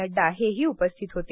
नड्डा हेही उपस्थित होते